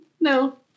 No